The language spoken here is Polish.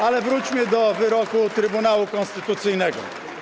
Ale wróćmy do wyroku Trybunału Konstytucyjnego.